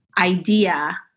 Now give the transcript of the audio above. idea